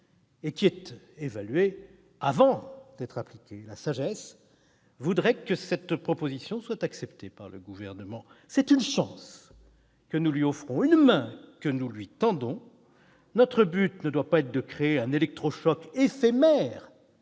évaluée avant d'être appliquée. La sagesse voudrait que cette proposition soit acceptée par le Gouvernement : c'est une chance que nous lui offrons, une main que nous lui tendons. Notre but ne doit pas être de créer un électrochoc éphémère